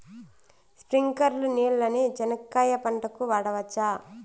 స్ప్రింక్లర్లు నీళ్ళని చెనక్కాయ పంట కు వాడవచ్చా?